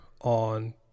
on